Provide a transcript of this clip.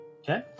Okay